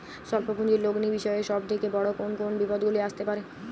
স্বল্প পুঁজির লগ্নি বিষয়ে সব থেকে বড় কোন কোন বিপদগুলি আসতে পারে?